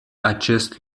acest